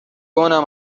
اونم